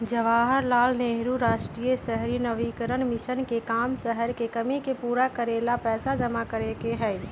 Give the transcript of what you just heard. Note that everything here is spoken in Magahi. जवाहर लाल नेहरू राष्ट्रीय शहरी नवीकरण मिशन के काम शहर के कमी के पूरा करे ला पैसा जमा करे के हई